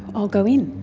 i'll go in.